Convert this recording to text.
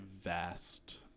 vast